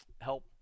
help